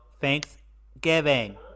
Thanksgiving